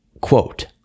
quote